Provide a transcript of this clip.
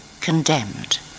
condemned